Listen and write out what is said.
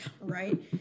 Right